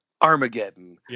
Armageddon